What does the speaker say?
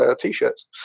T-shirts